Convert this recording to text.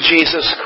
Jesus